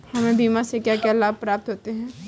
हमें बीमा से क्या क्या लाभ प्राप्त होते हैं?